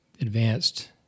advanced